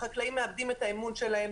החקלאים מאבדים את האמון שלהם,